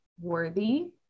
worthy